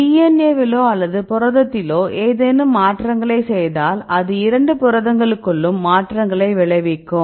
DNA விலோ அல்லது புரதத்திலோ ஏதேனும் மாற்றங்களை செய்தால் அது இரண்டு புரதங்களுக்குள்ளும் மாற்றங்களை விளைவிக்கும்